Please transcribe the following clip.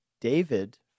David